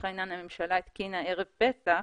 שהממשלה התקינה ערב פסח,